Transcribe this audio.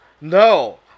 No